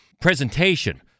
presentation